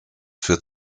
für